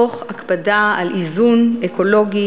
תוך הקפדה על איזון אקולוגי,